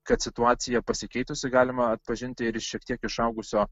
kad situacija pasikeitusi galima atpažinti ir šiek tiek išaugusio